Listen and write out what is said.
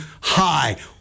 high